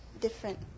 different